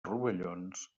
rovellons